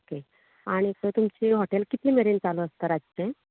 okay आनीक तुमचे hotel कितलें मेरेन चालू आसता रातचे